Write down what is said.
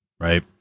right